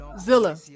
Zilla